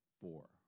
four